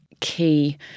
key